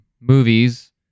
movies